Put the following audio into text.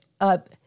up